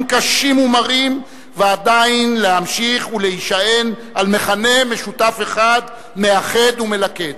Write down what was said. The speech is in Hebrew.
קשים ומרים ועדיין להמשיך להישען על מכנה משותף אחד מאחד ומלכד.